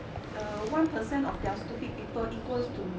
err one per cent of their stupid people equals to